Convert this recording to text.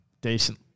decent